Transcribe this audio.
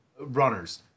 Runners